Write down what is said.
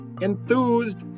enthused